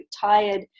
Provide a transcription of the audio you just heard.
tired